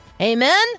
Amen